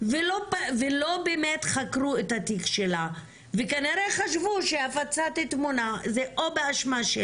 ולא באמת חקרו את התיק שלה וכנראה חשבו שהפצת תמונה זה או באשמתה,